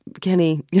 Kenny